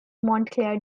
montclair